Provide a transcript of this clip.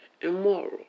immoral